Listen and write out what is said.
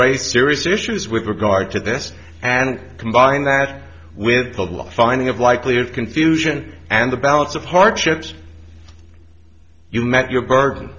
raised serious issues with regard to this and combine that with a lot finding of likely of confusion and the balance of hardships you met your burden and